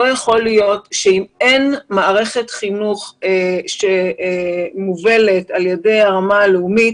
לא יכול להיות שאם אין מערכת חינוך שמובלת על ידי הרמה הלאומית,